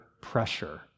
pressure